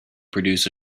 produce